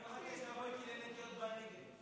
אני מחכה שתבוא איתי לנטיעות בנגב.